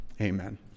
amen